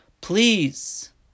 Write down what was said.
please